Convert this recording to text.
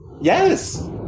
Yes